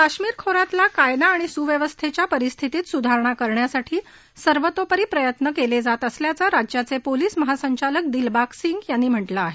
काश्मीर खो यातल्या कायदा आणि सुव्यवस्थेच्या परिस्थितीत सुधारणा करण्यासाठी सर्वतोपरी प्रयत्न केले जात असल्याचं राज्याचे पोलिस महासंचालक दिलबाग सिंग यांनी म्हटलं आहे